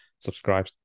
subscribe